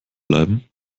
bleiben